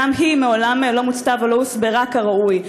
גם היא מעולם לא מוצתה ולא הוסברה כראוי.